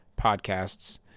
podcasts